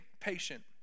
patient